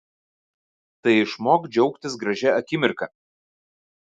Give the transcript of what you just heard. tai išmok džiaugtis gražia akimirka